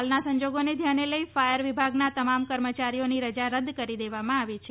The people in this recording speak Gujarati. હાલના સંજોગોને ધ્યાને લઇ ફાયર વિભાગના તમામ કર્મચારીઓની રજા રદ કરી દેવામાં આવી છે